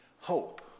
hope